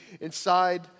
inside